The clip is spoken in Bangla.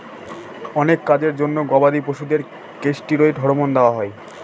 অনেক কাজের জন্য গবাদি পশুদের কেষ্টিরৈড হরমোন দেওয়া হয়